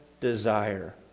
desire